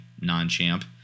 non-champ